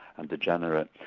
and degenerate.